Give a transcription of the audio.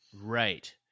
Right